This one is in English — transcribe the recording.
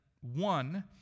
one